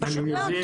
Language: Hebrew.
פשוט מאוד.